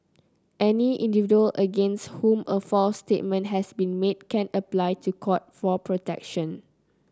any individual against whom a false statement has been made can apply to court for protection